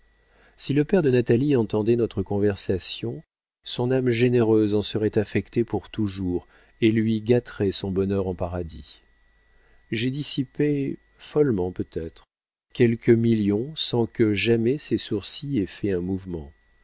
si le père de natalie entendait notre conversation son âme généreuse en serait affectée pour toujours et lui gâterait son bonheur en paradis j'ai dissipé follement peut-être quelques millions sans que jamais ses sourcils aient fait un mouvement